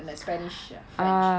like spanish french